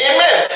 Amen